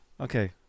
Okay